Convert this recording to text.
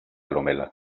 novela